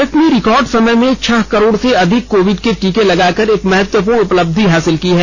भारत ने रिकार्ड समय में छह करोड़ से अधिक कोविड के टीके लगाकर एक महत्वपूर्ण उपलब्धि हासिल की है